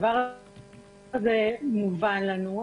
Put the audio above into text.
הדבר הזה מובן לנו,